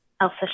Elsa